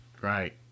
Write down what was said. Right